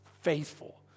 faithful